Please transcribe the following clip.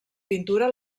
pintura